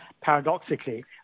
paradoxically